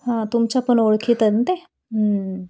हां तुमच्या पण ओळखीतनं ते